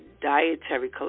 dietary